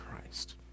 Christ